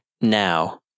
now